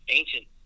ancient